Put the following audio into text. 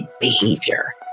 behavior